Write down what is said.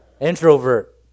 Introvert